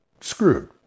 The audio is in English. screwed